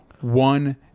one